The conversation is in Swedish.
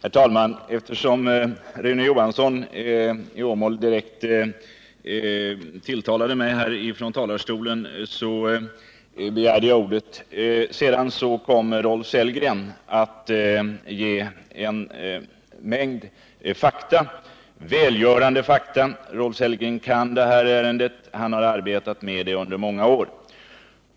Onsdagen den Herr talman! Eftersom Rune Jokansson i Åmål direkt tilltalade mig 6 december 1978 begärde jag ordet. Nu har emellertid Rolf Sellgren lämnat en mängd välgörande fakta. Rolf Sellgren kan det här ärendet. Han har arbetat med det under många år.